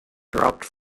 dropped